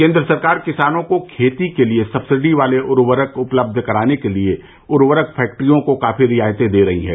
केन्द्र सरकार किसानों को खेती के लिए सक्सिडी वाले उर्वरक उपलब्ध कराने के लिए उर्वरक फैक्टरियों को काफी रियायतें दे रही है